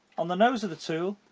on the nose of the tool